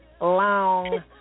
long